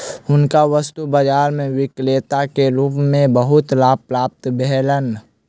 हुनका वस्तु बाजार में विक्रेता के रूप में बहुत लाभ प्राप्त भेलैन